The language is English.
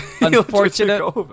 unfortunate